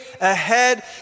ahead